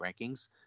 rankings